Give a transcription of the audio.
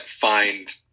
find